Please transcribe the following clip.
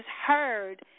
heard